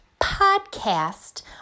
podcast